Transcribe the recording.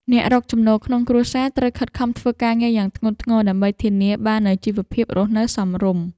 អ្នករកចំណូលក្នុងគ្រួសារត្រូវខិតខំធ្វើការងារយ៉ាងធ្ងន់ធ្ងរដើម្បីធានាបាននូវជីវភាពរស់នៅសមរម្យ។